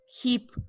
keep